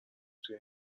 توی